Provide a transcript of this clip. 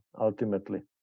ultimately